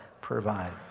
Provide